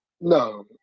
No